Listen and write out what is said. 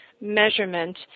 measurement